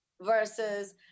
Versus